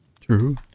True